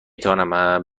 توانم